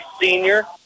senior